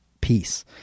peace